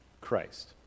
Christ